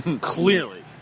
Clearly